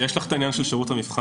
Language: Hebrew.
אבל יש לך את העניין של שירות המבחן.